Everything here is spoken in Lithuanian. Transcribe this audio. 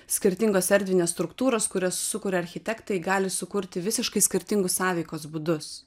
skirtingos erdvinės struktūros kurias sukuria architektai gali sukurti visiškai skirtingus sąveikos būdus